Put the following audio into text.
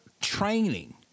training